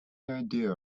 idea